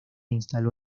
instaló